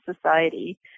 society